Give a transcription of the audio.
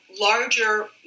larger